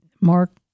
Mark